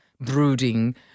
brooding